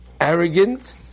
arrogant